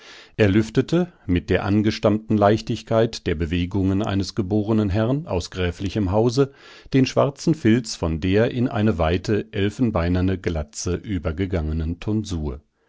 er lüftete mit der angestammten leichtigkeit der bewegungen eines geborenen herrn aus gräflichem hause den schwarzen filz von der in eine weite elfenbeinerne glatze übergegangenen tonsur